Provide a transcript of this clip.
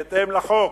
בהתאם לחוק,